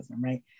right